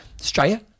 Australia